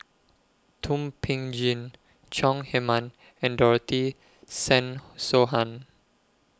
Thum Ping Tjin Chong Heman and Dorothy Tessensohn